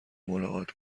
ملاقات